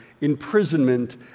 imprisonment